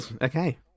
Okay